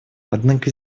однако